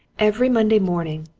every monday morning,